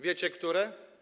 Wiecie które?